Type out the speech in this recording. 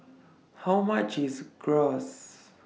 How much IS Gyros